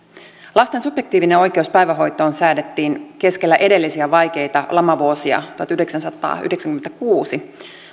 lasten subjektiivinen oikeus päivähoitoon säädettiin keskellä edellisiä vaikeita lamavuosia tuhatyhdeksänsataayhdeksänkymmentäkuusi